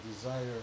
desire